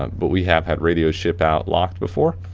but we have had radios ship out locked before.